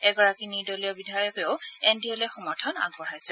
এগৰাকী নিৰ্দলীয় বিধায়কেও এন ডি এ লৈ সমৰ্থন আগবঢ়াইছে